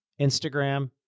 Instagram